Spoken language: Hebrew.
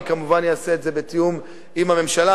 אני כמובן אעשה את זה בתיאום עם הממשלה.